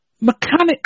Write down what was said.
mechanically